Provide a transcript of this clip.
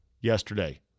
yesterday